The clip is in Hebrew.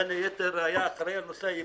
בין היתר, היה אחראי על נושא הייבוא.